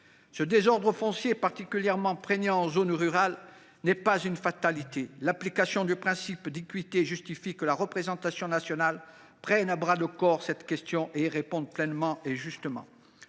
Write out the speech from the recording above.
Le désordre foncier, particulièrement prégnant en zone rurale, n’est pas une fatalité. L’application du principe d’équité justifie que la représentation nationale s’empare à bras le corps de cette question et y réponde pleinement et justement.